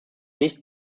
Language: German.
nicht